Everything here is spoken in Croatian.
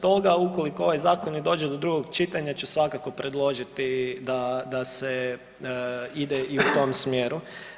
Stoga ukoliko ovaj zakon i dođe do drugog čitanja ću svakako predložiti da, da se ide i u tom smjeru.